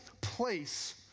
place